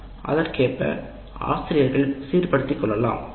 இதனால் அதற்கேற்ப ஆசிரியர்கள் தங்களை சீர்படுத்திக் கொள்ளலாம்